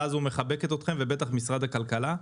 הזו מחבקת אתכם ובטח משרד הכלכלה.